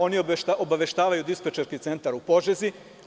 Oni obaveštavaju dispečerski centar u Požegi.